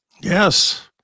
Yes